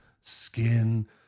skin